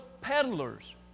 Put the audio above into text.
peddlers